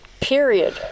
period